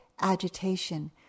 agitation